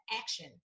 action